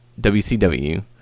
WCW